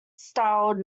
style